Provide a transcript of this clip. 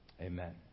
Amen